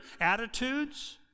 attitudes